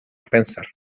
pensar